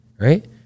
right